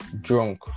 Drunk